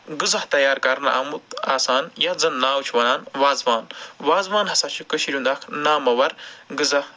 غزا تیار کرنہٕ آمُت آسان یَتھ زَنہٕ ناو چھِ وَنان وازٕوان وازٕوان ہسا چھِ کٔشیٖرِ ہُنٛد اَکھ نامٕوَر غزا